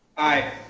aye.